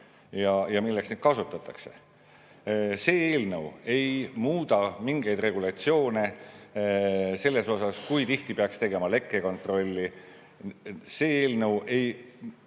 ja milleks neid kasutatakse. See eelnõu ei muuda mingeid regulatsioone selles mõttes, kui tihti peaks tegema lekkekontrolli. See eelnõu ei